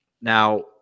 Now